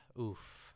Oof